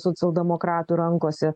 socialdemokratų rankose